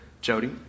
Jody